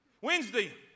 Wednesday